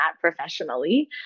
professionally